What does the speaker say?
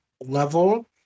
level